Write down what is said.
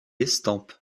estampes